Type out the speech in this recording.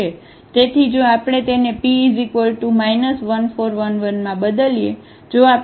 તેથી જો આપણે તેને P 1 4 1 1 માં બદલીએ